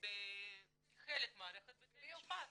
ב- -- כחלק ממערכת בתי המשפט.